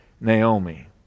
Naomi